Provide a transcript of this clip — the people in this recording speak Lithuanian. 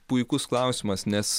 puikus klausimas nes